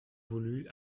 voulu